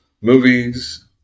movies